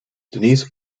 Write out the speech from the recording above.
denise